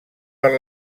per